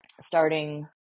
starting